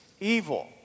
evil